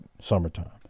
summertime